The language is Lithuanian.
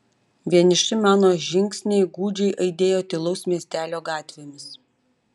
vieniši mano žingsniai gūdžiai aidėjo tylaus miestelio gatvėmis